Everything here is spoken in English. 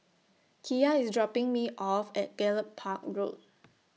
Kiya IS dropping Me off At Gallop Park Road